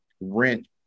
rent